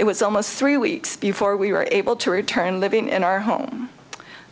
it was almost three weeks before we were able to return living in our home